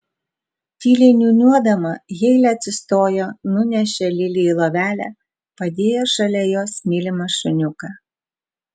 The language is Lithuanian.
tyliai niūniuodama heilė atsistojo nunešė lili į lovelę padėjo šalia jos mylimą šuniuką